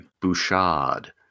Bouchard